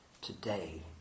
today